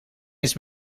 eens